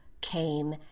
came